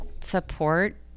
support